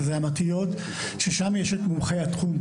שזה ה"מתי"אות" ששם יש את מומחי התחום,